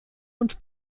und